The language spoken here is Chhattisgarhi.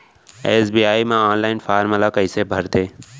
एस.बी.आई म ऑनलाइन फॉर्म ल कइसे भरथे?